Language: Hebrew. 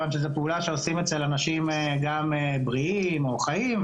כיוון שזו פעולה שעושים אצל אנשים גם בריאים או חיים.